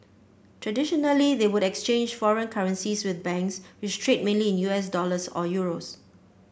traditionally they would exchange foreign currencies with banks which trade mainly in U S dollars or euros